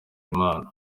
imana